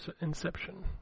inception